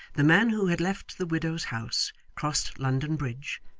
the man who had left the widow's house crossed london bridge,